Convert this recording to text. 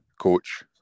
coach